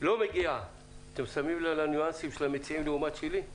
לא מגיעה אתם שמים לב לניואנסים של המציעים לעומת שלי?